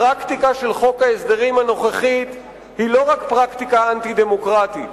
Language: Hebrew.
הפרקטיקה הנוכחית של חוק ההסדרים היא לא רק פרקטיקה אנטי-דמוקרטית.